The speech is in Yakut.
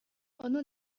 ону